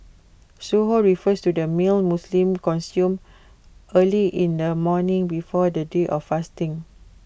Suhoor refers to the meal Muslims consume early in the morning before the day of fasting